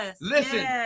listen